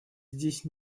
здесь